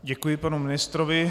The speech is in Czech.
Děkuji panu ministrovi.